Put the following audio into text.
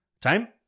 Time